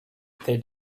they